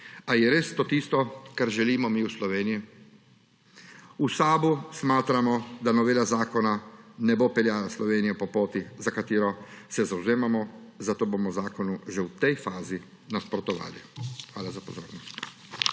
Ali je res to tisto, kar želimo mi v Sloveniji? V SAB smatramo, da novela zakona ne bo peljala Slovenije po poti, za katero se zavzemamo, zato bomo zakonu že v tej fazi nasprotovali. Hvala za pozornost.